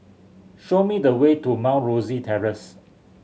show me the way to Mount Rosie Terrace